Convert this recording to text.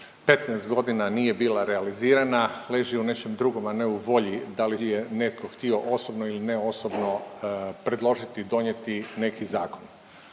15 godina nije bila realizirana leži u nečem drugom, a ne u volji da li je netko htio ili ne osobno predložiti i donijeti neki zakon.